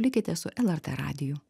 likite su lrt radiju